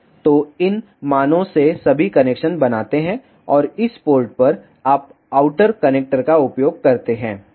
तो इन मानों से सभी कनेक्शन बनाते हैं और इस पोर्ट पर आप आउटर कनेक्टर का उपयोग करते हैं